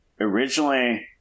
originally